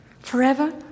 Forever